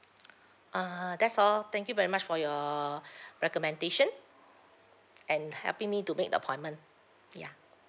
err that's all thank you very much for your recommendation and helping me to make the appointment ya